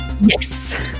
Yes